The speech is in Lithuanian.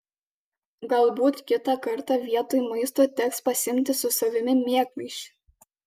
galbūt kitą kartą vietoj maisto teks pasiimti su savimi miegmaišį